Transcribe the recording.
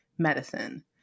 medicine